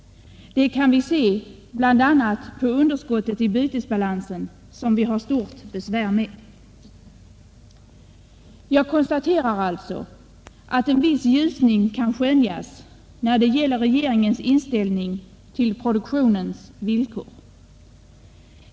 Det kan vi se bl.a. på underskottet i bytesbalansen, som vi har stort besvär med. Jag konstaterar alltså att en viss ljusning kan skönjas när det gäller regeringens inställning till produktionens villkor.